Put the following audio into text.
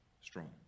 strong